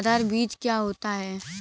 आधार बीज क्या होता है?